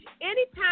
Anytime